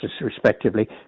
respectively